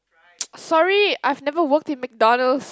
sorry I've never worked in McDonald's